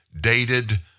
dated